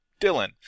Dylan